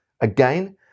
Again